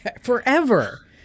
Forever